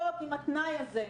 חוק עם התנאי הזה.